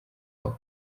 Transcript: aho